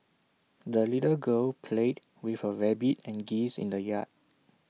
the little girl played with her rabbit and geese in the yard